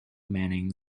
manning